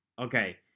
Okay